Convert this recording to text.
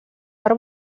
per